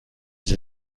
sie